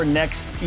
next